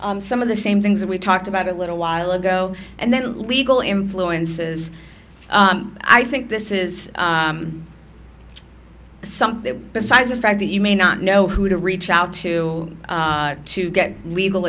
some of the same things that we talked about a little while ago and that legal influences i think this is something besides the fact that you may not know who to reach out to to get legal